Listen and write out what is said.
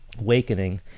awakening